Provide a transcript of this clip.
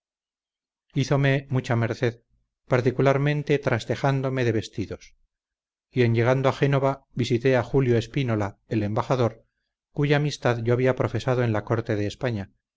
final hízome mucha merced particularmente trastejándome de vestidos y en llegando a génova visité a julio espinola el embajador cuya amistad yo había profesado en la corte de españa